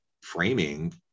framing